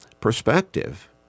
perspective